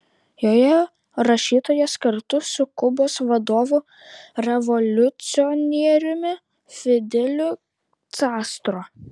joje rašytojas kartu su kubos vadovu revoliucionieriumi fideliu castro